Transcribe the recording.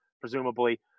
presumably